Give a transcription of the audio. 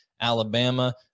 Alabama